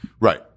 right